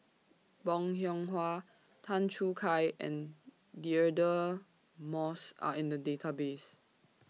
Bong Hiong Hwa Tan Choo Kai and Deirdre Moss Are in The Database